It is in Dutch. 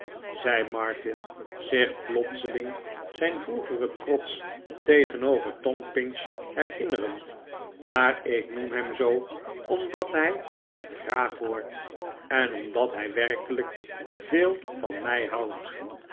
zei martin zich plotseling zijn vroegeren trots tegenover tom pinch herinnerend maar ik hoem hem zoo omdat hij het graag hoort en omdat hij werkelijk veel van mij houdt